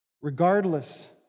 Regardless